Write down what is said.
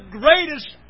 greatest